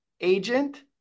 agent